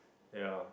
ya